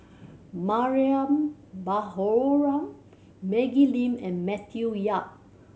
Mariam Baharom Maggie Lim and Matthew Yap